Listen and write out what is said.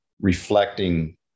reflecting